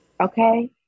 okay